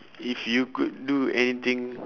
if you could do anything